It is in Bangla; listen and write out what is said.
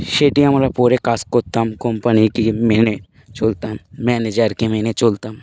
সেটি আমরা পরে কাজ করতাম কোম্পানিকে মেনে চলতাম ম্যানেজারকে মেনে চলতাম